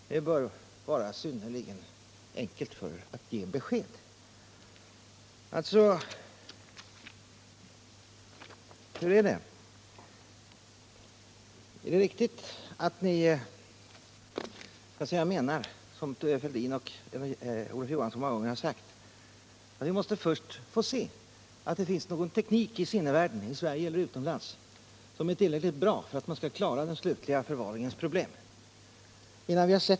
Det bör vara synnerligen enkelt att ge besked i sådana frågor. Hur är det alltså: Menar ni, som Thorbjörn Fälldin och Olof Johansson många gånger har sagt, att ingen ny reaktor kan startas innan ni fått se om det finns någon teknik i sinnevärlden i Sverige eller utomlands, som är tillräckligt bra för att man skall klara den slutliga förvaringens problem?